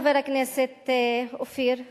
חבר הכנסת אופיר אקוניס,